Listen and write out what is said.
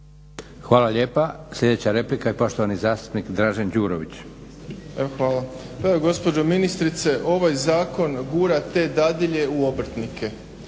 Hvala lijepa. Sljedeća replika, poštovani zastupnik Dražen Đurović. **Đurović, Dražen (HDSSB)** Hvala. Evo gospođo ministrice, ovaj zakon gura te dadilje u obrtnike.